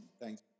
Thanks